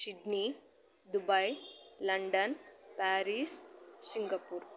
Sydney Dubai London Paris Singapore